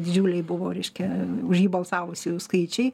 didžiuliai buvo reiškia už jį balsavusiųjų skaičiai